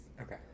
Okay